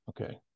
Okay